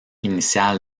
initial